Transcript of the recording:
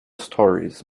stories